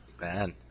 man